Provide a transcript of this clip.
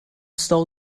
stole